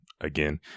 again